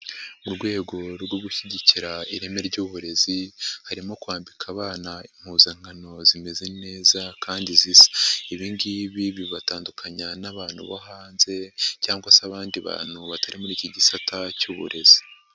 Mu rwego rwo gushyigikira ireme ry'uburezi, harimo kwambika abana impuzankano zimeze neza kandi zisa. Ibingibi bibatandukanya n'abantu bo hanze cyangwa se abandi bantu batari muri iki gisata cy'uburezi.